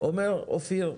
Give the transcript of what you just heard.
אומר אופיר,